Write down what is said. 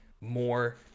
more